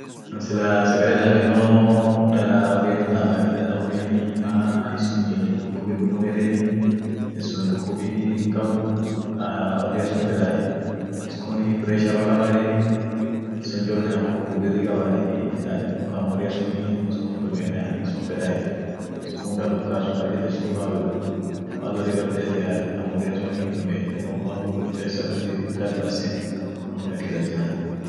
Pasta biriit jira taa daabeen jira taa dedertuat jira. ta gagabaabduat jirai, ta dedertua chachapseni bisaan malin hoodeet itbuuseni. tuuniii ishin mal dursaayu gagabaabdua akum sunii itguurenie, ta dedertua mpka chachapseni bisaant gurenie duum harakum bichaat ishintuun diko hindubetie.